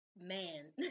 man